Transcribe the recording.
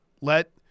Let